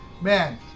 Man